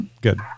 good